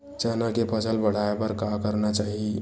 चना के फसल बढ़ाय बर का करना चाही?